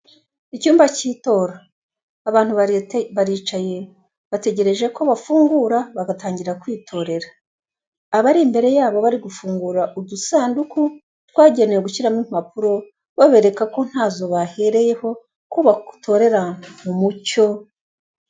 Icyumba cy'itora abantu baricaye bategereje ko bafungura bagatangira kwitorera, abari imbere yabo bari gufungura udusanduku twagenewe gushyiramo impapuro babereka ko ntazo bahereyeho ko batorera mu mucyo.